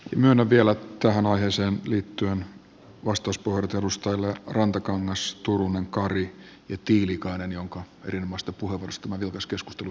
myönnän vielä tähän aiheeseen liittyen vastauspuheenvuorot edustajille rantakangas turunen kari ja tiilikainen jonka erinomaisesta puheenvuorosta tämä vilkas keskustelu sai alkunsa